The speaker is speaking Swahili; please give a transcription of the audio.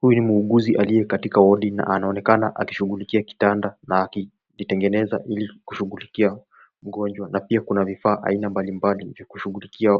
Huyu ni muuguzi aliye katika wadi na anaonekana akishughulikia kitanda na akikitengeneza ili kushughulikia mgonjwa na pia kuna vifaa aina mbali mbali vya kushughulikia